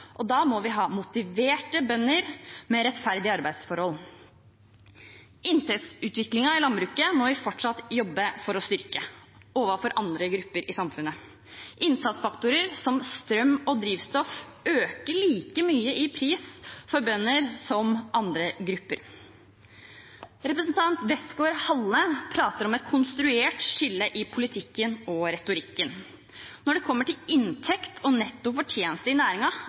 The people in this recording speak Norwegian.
og da må vi ha motiverte bønder med rettferdige arbeidsforhold. Inntektsutviklingen i landbruket må vi fortsatt jobbe for å styrke overfor andre grupper i samfunnet. Innsatsfaktorer som strøm og drivstoff øker like mye i pris for bønder som for andre grupper. Representanten Westgaard-Halle prater om et konstruert skille i politikken og retorikken. Når det kommer til inntekt og netto fortjeneste i